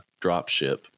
dropship